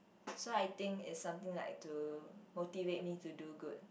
so I think it's something like to motivate me to do good